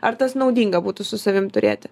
ar tas naudinga būtų su savim turėti